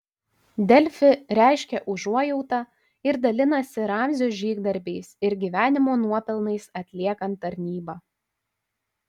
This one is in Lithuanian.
delfi reiškia užuojautą ir dalinasi ramzio žygdarbiais ir gyvenimo nuopelnais atliekant tarnybą